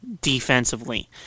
defensively